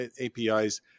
APIs